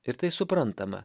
ir tai suprantama